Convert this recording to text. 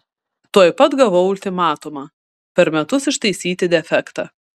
tuoj pat gavau ultimatumą per metus ištaisyti defektą